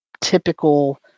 typical